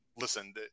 listen